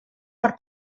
per